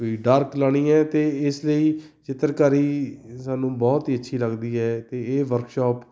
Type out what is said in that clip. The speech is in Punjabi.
ਕੋਈ ਡਾਰਕ ਲਾਉਣੀ ਹੈ ਅਤੇ ਇਸ ਲਈ ਚਿੱਤਰਕਾਰੀ ਸਾਨੂੰ ਬਹੁਤ ਹੀ ਅੱਛੀ ਲੱਗਦੀ ਹੈ ਅਤੇ ਇਹ ਵਰਕਸ਼ੋਪ